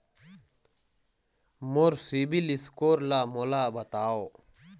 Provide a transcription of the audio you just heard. मोर CIBIL score ला मोला बताव?